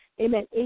amen